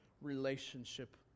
relationship